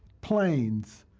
planes,